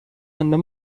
under